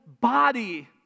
body